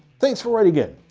thanks for writing in,